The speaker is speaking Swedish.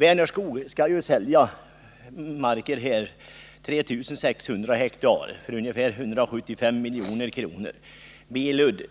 Vänerskog skall sälja mark — 3 600 ha för ungefär 175 milj.kr. Billerud